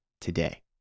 today